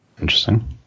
interesting